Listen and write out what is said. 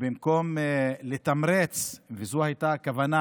ובמקום לתמרץ, וזו הייתה הכוונה